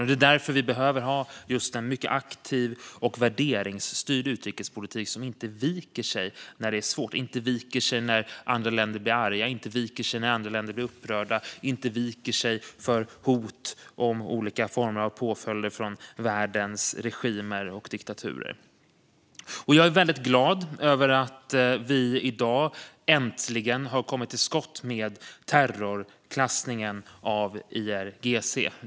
Det är därför vi behöver ha en mycket aktiv och värderingsstyrd utrikespolitik som inte viker sig när det är svårt, när andra länder blir arga och när andra länder blir upprörda eller inför hot om olika former av påföljder från världens regimer och diktaturer. Jag är väldigt glad över att vi i dag äntligen har kommit till skott med terrorklassningen av IRGC.